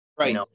right